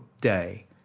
day